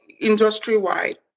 industry-wide